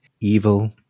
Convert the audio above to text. Evil